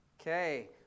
Okay